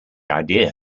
idea